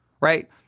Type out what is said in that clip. right